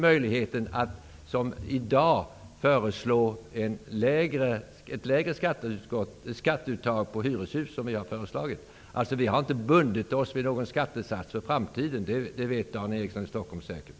Möjligheten finns ju att föreslå ett lägre skatteuttag avseende hyreshus, precis som vi har föreslagit. Vi har alltså inte bundit oss för en särskild skattesats för framtiden, och det vet säkert